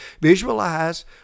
visualize